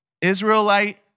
Israelite